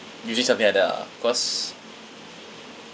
using something like that ah cause